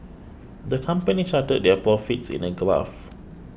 the company charted their profits in a graph